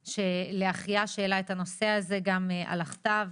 ולאחיה שהעלה את הנושא הזה גם על הכתב